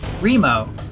Remo